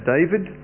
David